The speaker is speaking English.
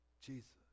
Jesus